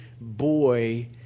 boy